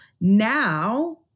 now